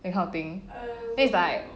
that kind of thing then it's like